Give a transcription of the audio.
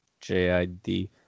Jid